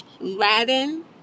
Latin